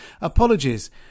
apologies